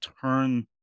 turn